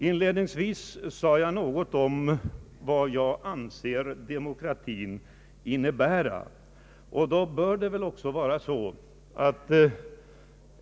Inledningsvis sade jag något om vad jag anser demokratin innebära.